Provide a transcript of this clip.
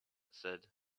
said